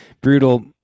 brutal